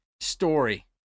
story